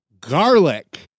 garlic